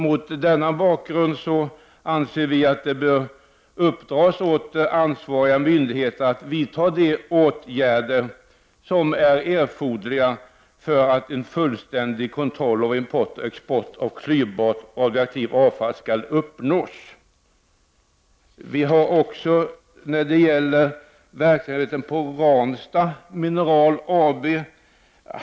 Mot denna bakgrund bör det uppdras åt ansvariga myndigheter att vidta de åtgärder som är erforderliga för att en fullständig kontroll av import och export av klyvbart radioaktivt avfall skall uppnås. Vi har även en reservation som rör verksamhet på Ranstad Mineral AB.